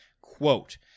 quote